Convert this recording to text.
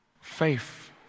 faith